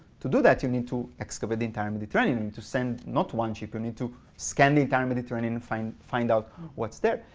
to do that, you need to excavate the entire mediterranean, and to send not one ship. you need to scan the entire mediterranean, and find find out what's there.